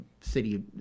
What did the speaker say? city